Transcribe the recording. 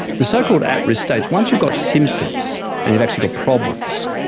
the so-called at-risk stage, once you've got symptoms and you've actually got problems,